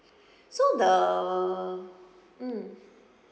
so the mm